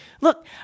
Look